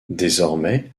désormais